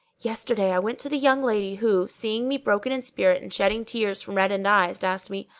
yesterday i went to the young lady who, seeing me broken in spirit and shedding tears from reddened eyes, asked me,